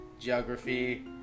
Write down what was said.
Geography